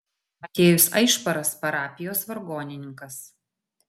motiejus aišparas parapijos vargonininkas